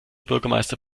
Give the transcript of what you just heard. bürgermeister